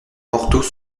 porthos